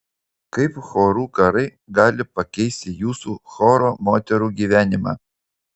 kaip chorų karai gali pakeisti jūsų choro moterų gyvenimą